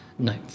No